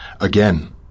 Again